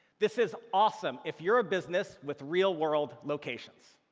this is awesome if you're a business with real-world locations.